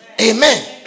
Amen